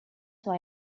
why